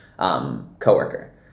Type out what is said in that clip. Co-worker